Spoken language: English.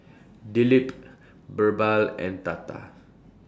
Dilip Birbal and Tata